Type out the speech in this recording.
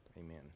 Amen